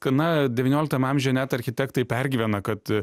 gana devynioliktame amžiuje net architektai pergyvena kad